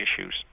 issues